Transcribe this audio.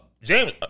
James